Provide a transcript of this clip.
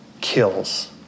kills